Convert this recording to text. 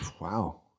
wow